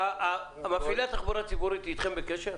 מפעילי התחבורה הציבורית בקשר אתכם?